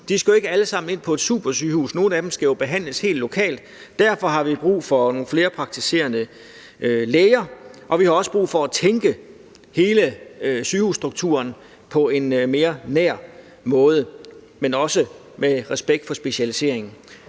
de skal ikke alle sammen ind på et supersygehus. Nogle af dem skal jo behandles helt lokalt. Derfor har vi brug for nogle flere praktiserende læger, og vi har også brug for at tænke hele sygehusstrukturen på en mere nær måde, men også med respekt for specialisering.